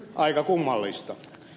aika kummallista